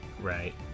right